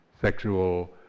sexual